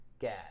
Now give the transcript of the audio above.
gas